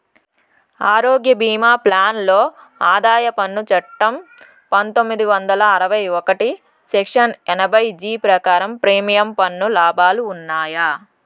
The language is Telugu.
ఆరోగ్య భీమా ప్లాన్ లో ఆదాయ పన్ను చట్టం పందొమ్మిది వందల అరవై ఒకటి సెక్షన్ ఎనభై జీ ప్రకారం ప్రీమియం పన్ను లాభాలు ఉన్నాయా?